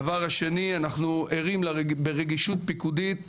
דבר שני, אנחנו ערים ברגישות פיקודית ובתבונה.